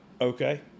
okay